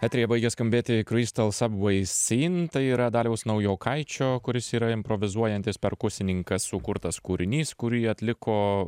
eteryje baigė skambėti crystal subway scene tai yra daliaus naujokaičio kuris yra improvizuojantis perkusininkas sukurtas kūrinys kurį atliko